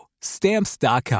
Stamps.com